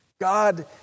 God